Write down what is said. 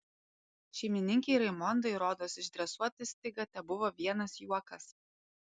šeimininkei raimondai rodos išdresuoti stigą tebuvo vienas juokas